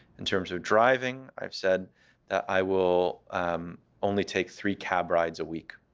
in terms of driving, i've said that i will only take three cab rides a week.